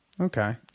Okay